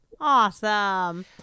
Awesome